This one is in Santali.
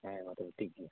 ᱦᱮᱸ ᱢᱟ ᱛᱚᱵᱮ ᱴᱷᱤᱠ ᱜᱮᱭᱟ